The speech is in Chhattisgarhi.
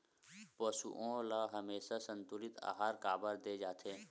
पशुओं ल हमेशा संतुलित आहार काबर दे जाथे?